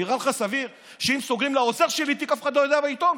נראה לך סביר שאם סוגרים לעוזר שלי תיק אף אחד לא יודע בעיתון,